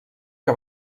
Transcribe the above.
que